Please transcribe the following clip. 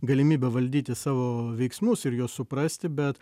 galimybe valdyti savo veiksmus ir juos suprasti bet